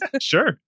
Sure